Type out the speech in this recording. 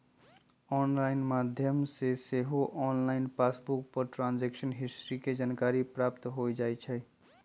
online माध्यम से सेहो ऑनलाइन पासबुक पर ट्रांजैक्शन हिस्ट्री के जानकारी प्राप्त हो जाइ छइ